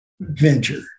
venture